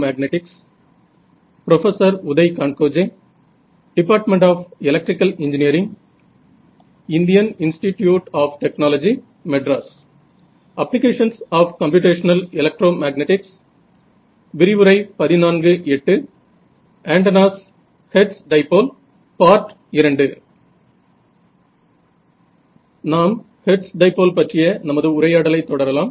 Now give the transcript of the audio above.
நாம் Hertz dipole பற்றிய நமது உரையாடலை தொடரலாம்